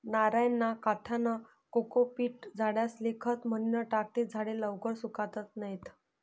नारयना काथ्यानं कोकोपीट झाडेस्ले खत म्हनीन टाकं ते झाडे लवकर सुकातत नैत